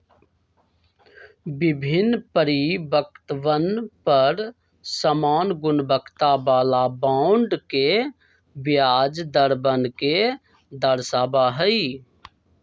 विभिन्न परिपक्वतवन पर समान गुणवत्ता वाला बॉन्ड के ब्याज दरवन के दर्शावा हई